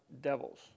devils